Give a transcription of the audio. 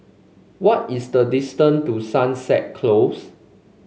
what is the distance to Sunset Close